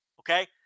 Okay